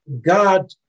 God